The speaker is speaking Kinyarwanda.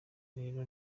rero